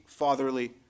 fatherly